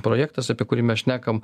projektas apie kurį mes šnekam